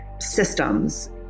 systems